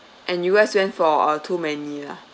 and you guys went for uh too many lah